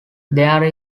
there